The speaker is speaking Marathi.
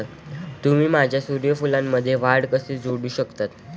तुम्ही माझ्या सूर्यफूलमध्ये वाढ कसे जोडू शकता?